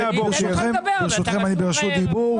ברשותכם, אני ברשות דיבור.